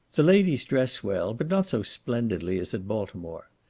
the ladies dress well, but not so splendidly as at baltimore.